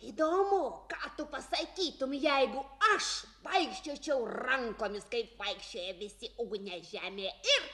įdomu ką tu pasakytumei jeigu aš vaikščiočiau rankomis kaip vaikščioja visi ugniažemėje ir